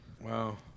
Wow